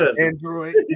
Android